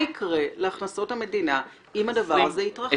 תגיד מה יקרה להכנסות המדינה אם הדבר הזה יתרחש.